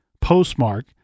postmark